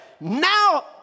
Now